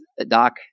Doc